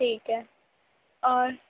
ٹھیک ہے اور